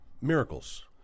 miracles